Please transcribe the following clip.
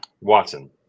Watson